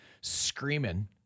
screaming